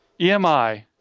EMI